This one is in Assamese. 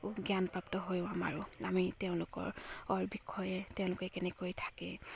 জ্ঞান প্ৰাপ্ত হৈও আমাৰো আমি তেওঁলোকৰ অৰ বিষয়ে তেওঁলোকে কেনেকৈ থাকে